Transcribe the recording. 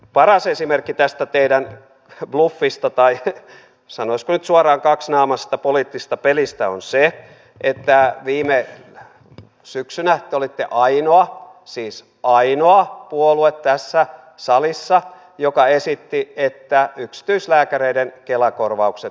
paras esimerkki tästä teidän bluffista tai sanoisiko nyt suoraan kaksinaamaisesta poliittisesta pelistä on se että viime syksynä te olitte ainoa siis ainoa puolue tässä salissa joka esitti että yksityislääkäreiden kela korvaukset tulisi poistaa